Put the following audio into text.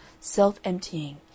self-emptying